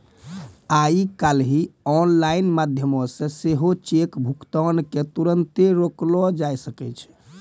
आइ काल्हि आनलाइन माध्यमो से सेहो चेक भुगतान के तुरन्ते रोकलो जाय सकै छै